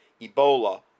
Ebola